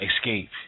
escape